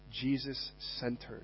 Jesus-centered